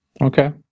Okay